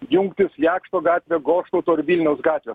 jungtis jakšto gatvę goštauto ir vilniaus gatvę